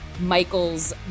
Michael's